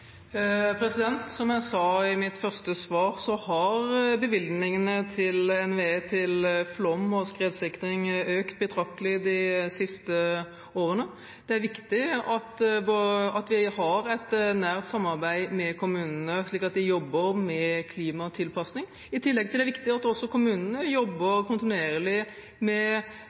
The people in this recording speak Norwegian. nytt? Som jeg sa i mitt første svar, har bevilgningene til NVE til flom- og skredsikring økt betraktelig de siste årene. Det er viktig at vi har et nært samarbeid med kommunene, slik at de jobber med klimatilpassing. I tillegg er det viktig at også kommunene jobber